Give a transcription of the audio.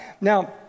Now